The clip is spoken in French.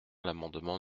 l’amendement